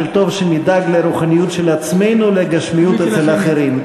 שטוב שנדאג לרוחניות של עצמנו ולגשמיות אצל אחרים.